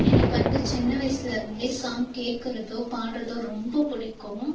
எனக்கு வந்து சின்ன வயசில இருந்தே சாங் கேட்கிறதோ பாடறதோ ரொம்ப பிடிக்கும்